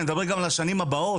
אני מדבר גם על השנים הבאות.